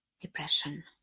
depression